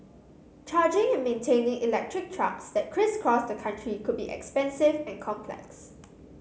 charging and maintaining electric trucks that crisscross the country could be expensive and complex